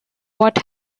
what